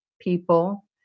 people